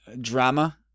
drama